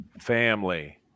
Family